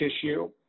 tissue